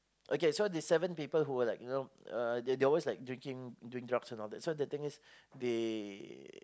okay so this seven people who were like you know uh they they were always drinking doing drugs and all that so the thing is that they